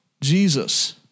Jesus